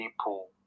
people